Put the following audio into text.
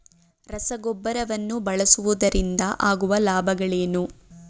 ರಸಗೊಬ್ಬರವನ್ನು ಬಳಸುವುದರಿಂದ ಆಗುವ ಲಾಭಗಳೇನು?